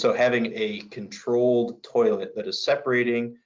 so having a controlled toilet that is separating,